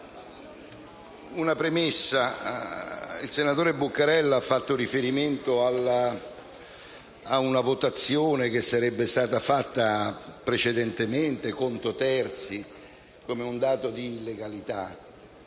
una premessa. Il senatore Buccarella ha fatto riferimento ad una votazione che sarebbe stata fatta precedentemente per conto terzi come un dato di illegalità.